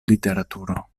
literaturo